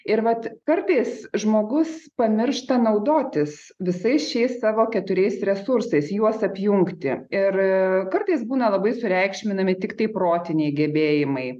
ir vat kartais žmogus pamiršta naudotis visais šiais savo keturiais resursais juos apjungti ir kartais būna labai sureikšminami tiktai protiniai gebėjimai